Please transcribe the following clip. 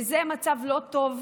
וזה מצב לא טוב,